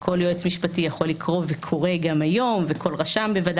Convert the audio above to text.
שכל יועץ משפטי ורשם יכולים גם היום לקרוא